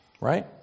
Right